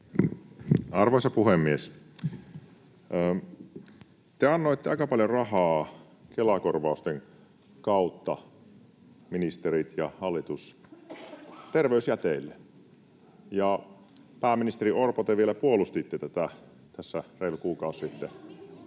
ja hallitus, annoitte aika paljon rahaa Kela-korvausten kautta terveysjäteille. Pääministeri Orpo, te vielä puolustitte tätä tässä reilu kuukausi sitten